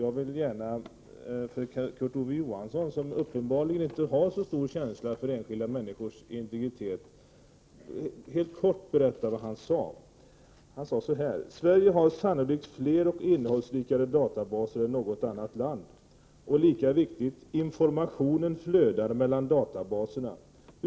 Jag vill gärna för Kurt Ove Johansson, som uppenbarligen inte har så stor känsla för enskilda människors integritet, helt kort berätta vad han sade: ”Sverige har sannolikt fler och innehållsrikare databaser än något annat land. Och lika viktigt: Informationen flödar mellan databaserna.